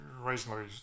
reasonably